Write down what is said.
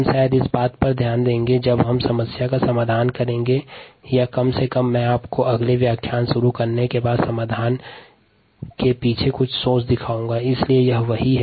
हम इस बात पर ध्यान देंगे कि अगले व्याख्यान को शुरू करने के बाद आपको समाधान के पीछे कुछ सोच से अवगत कराया जाये